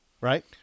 Right